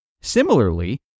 Similarly